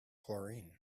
chlorine